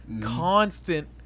constant